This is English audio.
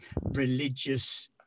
religious